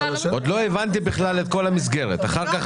עוד לא הבנתי בכלל את כל המסגרת, אחר כך